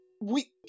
we-